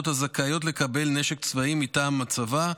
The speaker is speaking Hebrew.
הזכאיות לקבל נשק צבאי מטעם הצבא,